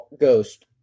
Ghost